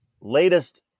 latest